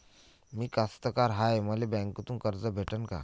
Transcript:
मी कास्तकार हाय, मले बँकेतून कर्ज भेटन का?